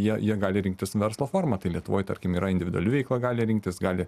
jie jie gali rinktis verslo formą tai lietuvoje tarkim yra individuali veikla gali rinktis gali